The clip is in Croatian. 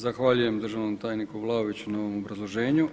Zahvaljujem državnom tajniku Vlaoviću na ovom obrazloženju.